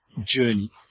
journey